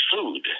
food